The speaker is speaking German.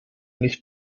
nicht